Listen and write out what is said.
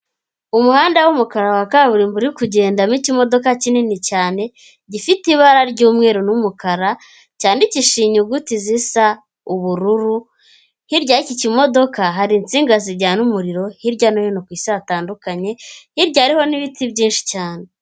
Umuhanda w'umukara wa kaburimbo uri kugendamo ikimodoka kinini cyane gifite ibara ry'umweru n'umukara, cyandikishije inyuguti zisa ubururu. Hirya y'iki kimodoka hari insinga zijyana umuriro hirya no hino ku isi hatandukanye hirya harihoho n'ibiti byinshi cyane.